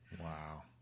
wow